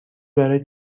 برای